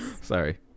Sorry